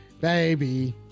baby